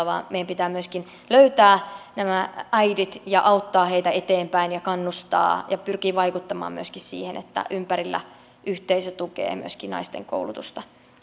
vaan meidän pitää myöskin löytää nämä äidit ja auttaa heitä eteenpäin ja kannustaa ja pyrkiä vaikuttamaan siihen että ympärillä yhteisö tukee naisten koulutusta